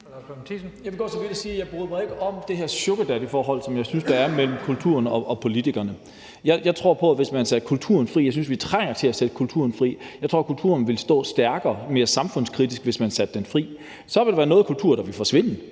så vidt som til at sige: Jeg bryder mig ikke om det her sugardaddyforhold, som jeg synes der er mellem kulturen og politikerne. Jeg tror på, at man sætter kulturen fri. Jeg synes, vi trænger til at sætte kulturen fri. Jeg tror, at kulturen ville stå stærkere og mere samfundskritisk, hvis man satte den fri. Så ville der være noget kultur, der ville forsvinde,